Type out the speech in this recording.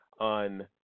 on